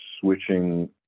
switching